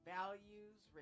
Values